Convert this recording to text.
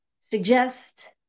suggest